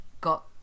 got